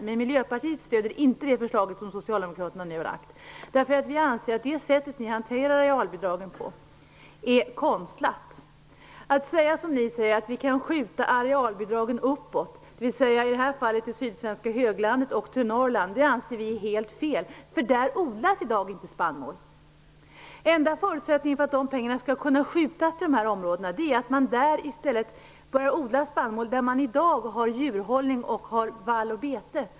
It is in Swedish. Men Miljöpartiet stöder inte det förslag som Socialdemokraterna nu har lagt fram. Vi anser att det sätt ni hanterar arealbidragen på är konstlat. Att säga som ni, att vi kan skjuta arealbidragen uppåt, dvs. i detta fall till sydsvenska höglandet och Norrland, anser vi vara helt fel. Där odlas i dag inte spannmål. Den enda förutsättningen för att dessa pengar skall kunna skjutas till dessa områden är att man där börjar odla spannmål, på marker där man i dag har djurhållning, vall och bete.